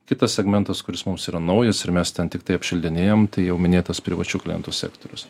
kitas segmentas kuris mums yra naujas ir mes ten tiktai apšildinėjom tai jau minėtas privačių klientų sektorius